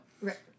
Right